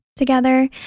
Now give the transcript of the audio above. together